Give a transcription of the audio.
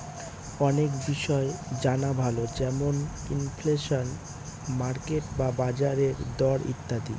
অনেক বিষয় জানা ভালো যেমন ইনফ্লেশন, মার্কেট বা বাজারের দর ইত্যাদি